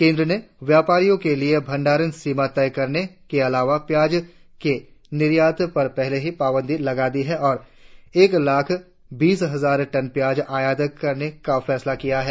केंद्र ने व्यापारियों के लिए भंडारण सीमा तय करने के अलावा प्याज के निर्यात पर पहले ही पावंदी लगा दी है और एक लाख़ बीस हजार टन प्याज आयात करने का फैसला किया है